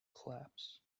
collapse